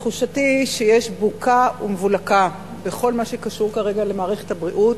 תחושתי היא שיש בוקה ומבולקה בכל מה שקשור כרגע למערכת הבריאות.